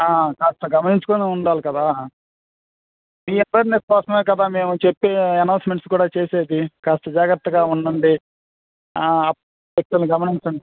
కాస్త గమనించుకుని ఉండాలి కదా మీ అవేర్నెస్ కోసమే కదా మేము చెప్పే అనౌన్స్మెంట్స్ కూడా చేసేది కాస్త జాగ్రత్తగా ఉండండి వ్యక్తుల్ని గమనించండి